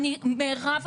מירב,